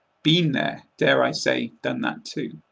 been there, dare i say, done that too.